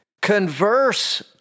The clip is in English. converse